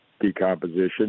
decomposition